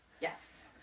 yes